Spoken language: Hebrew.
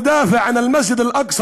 בבעיה.